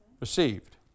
received